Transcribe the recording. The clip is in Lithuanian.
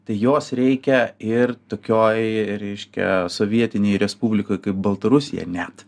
tai jos reikia ir tokioj reiškia sovietinėj respublikoj kaip baltarusija net